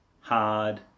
hard